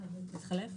שמי אילנית